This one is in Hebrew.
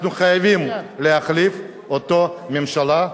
אנחנו חייבים להחליף אותה ממשלה,